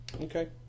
Okay